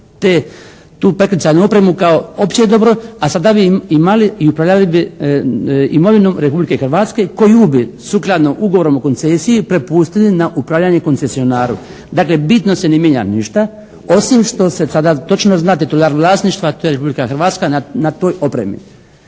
te, tu prekrcajnu opremu kao opće dobro, a sada bi imali i upravljali bi imovinom Republike Hrvatske koju bi sukladno ugovorom o koncesiji prepustili na upravljanje koncesionaru. Dakle, bitno se ne mijenja ništa osim što se sada točno zna titular vlasništva. To je Republika Hrvatska na toj opremi.